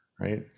right